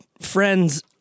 friend's